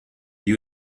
you